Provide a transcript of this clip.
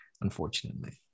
Unfortunately